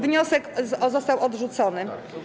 Wniosek został odrzucony.